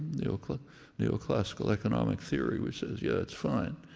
neoclassical neoclassical economic theory, which says, yeah, it's fine.